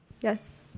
Yes